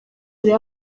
urebe